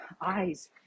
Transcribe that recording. eyes